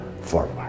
forward